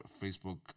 Facebook